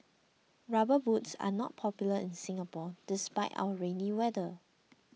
rubber boots are not popular in Singapore despite our rainy weather